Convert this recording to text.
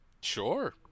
Sure